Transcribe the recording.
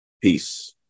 peace